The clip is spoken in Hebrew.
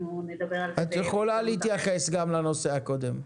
את יכולה להתייחס לנושא הקודם.